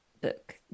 book